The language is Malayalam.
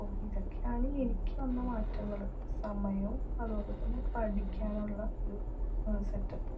അപ്പോൾ ഇതൊക്കെയാണ് എനിക്ക് വന്ന മാറ്റങ്ങൾ സമയവും അതുപോലെത്തന്നെ പഠിക്കാനുള്ള ഒരു സെറ്റപ്പും